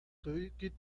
cricket